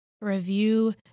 review